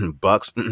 Bucks